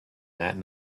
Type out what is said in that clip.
that